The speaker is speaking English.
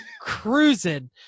cruising